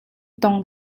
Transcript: tong